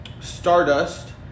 Stardust